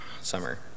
summer